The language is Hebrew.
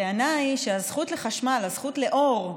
הטענה היא שהזכות לחשמל, הזכות לאור,